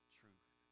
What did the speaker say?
truth